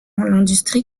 l’industrie